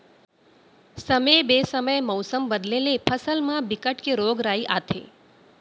समे बेसमय मउसम बदले ले फसल म बिकट के रोग राई आथे